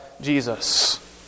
Jesus